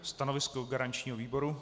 Stanovisko garančního výboru?